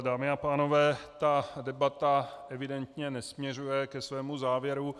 Dámy a pánové, ta debata evidentně nesměřuje ke svému závěru.